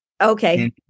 okay